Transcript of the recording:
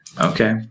Okay